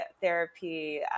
therapy